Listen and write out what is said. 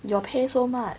your pay so much